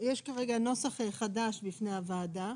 יש כרגע נוסח חדש שמונח בפני הוועדה,